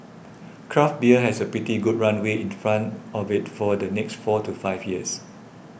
craft beer has a pretty good runway in front of it for the next four to five years